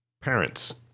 Parents